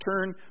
Turn